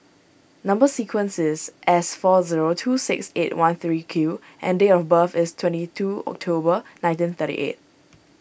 Number Sequence is S four zero two six eight one three Q and date of birth is twenty two October nineteen thirty eight